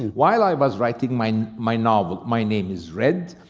while i was writing my my novel, my name is red,